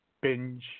Binge